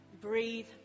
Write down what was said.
breathe